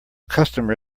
customer